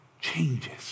changes